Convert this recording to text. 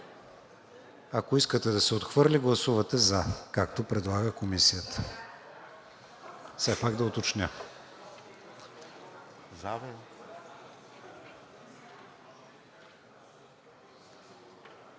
Ако искате да се отхвърли, гласувате за, както предлага Комисията. (Реплика.) Все пак да уточня.